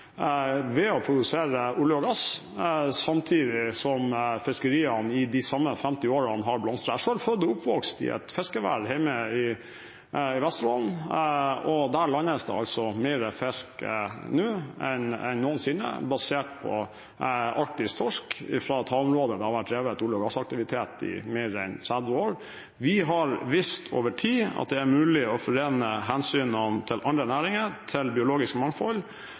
ved å produsere olje og gass, samtidig som fiskeriene i de samme 50 årene har blomstret. Jeg er selv født og oppvokst i et fiskevær, hjemme i Vesterålen, og der landes det mer fisk nå enn noensinne, basert på arktisk torsk fra et havområde der det har vært drevet olje- og gassaktivitet i mer enn 30 år. Vi har over tid vist at det er mulig å forene hensynene til andre næringer og til biologisk mangfold,